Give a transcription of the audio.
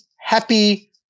happy